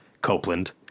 Copeland